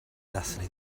dathlu